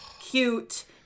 cute